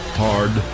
hard